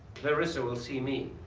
clarissa will see me.